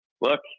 look